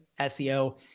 SEO